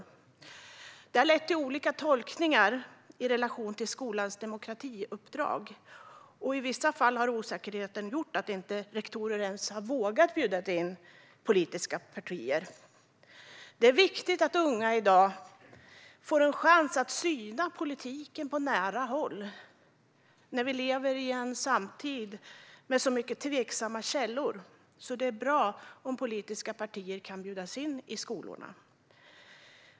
Detta har lett till olika tolkningar i relation till skolans demokratiuppdrag, och i vissa fall har osäkerheten gjort att rektorer inte ens har vågat bjuda in politiska partier. Det är viktigt att unga i dag får en chans att syna politiken på nära håll. När vi lever i en samtid med så mycket tveksamma källor är det bra om politiska partier kan bjudas in i skolorna.